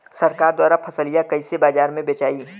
सरकार द्वारा फसलिया कईसे बाजार में बेचाई?